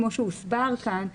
כמו שהוסבר כאן,